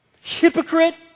hypocrite